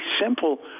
simple